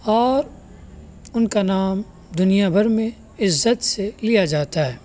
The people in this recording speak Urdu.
اور ان کا نام دنیا بھر میں عزت سے لیا جاتا ہے